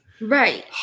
Right